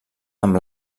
amb